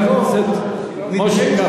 נדמה לי,